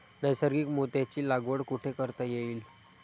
नैसर्गिक मोत्यांची लागवड कुठे करता येईल?